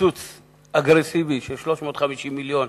קיצוץ אגרסיבי של 350 מיליון